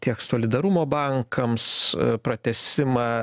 tiek solidarumo bankams pratęsimą